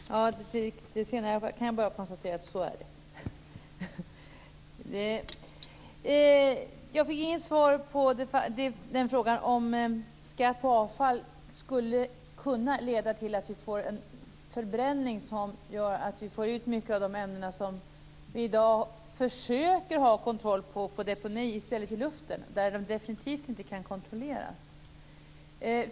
Fru talman! När det gäller det senare kan jag bara konstatera att det är så. Jag fick inget svar på frågan om skatt på avfall skulle kunna leda till att vi får en förbränning som gör att vi i stället får många av de ämnen som vi i dag försöker ha kontroll på i deponi ut i luften, där de definitivt inte kan kontrolleras.